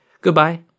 Goodbye